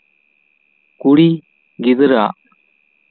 ᱠᱩᱲᱤ ᱜᱤᱫᱽᱨᱟᱹᱣᱟᱜ